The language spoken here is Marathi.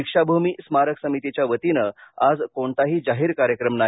दीक्षाभूमी स्मारक समितीच्यावतीनं आज कोणताही जाहीर कार्यक्रम नाही